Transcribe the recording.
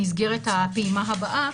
למסגרת הפעימה הבאה,